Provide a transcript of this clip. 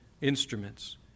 instruments